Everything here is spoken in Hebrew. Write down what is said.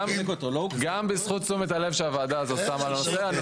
גם בזכות תשומת הלב שהוועדה הזו שמה לנושא.